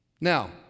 Now